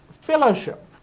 fellowship